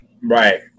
Right